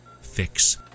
Fix